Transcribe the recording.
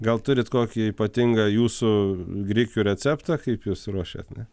gal turit kokį ypatingą jūsų grikių receptą kaip jūs ruošiat ne